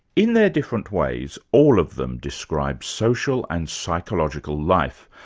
in their different ways, all of them describe social and psychological life,